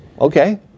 Okay